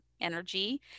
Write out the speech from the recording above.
energy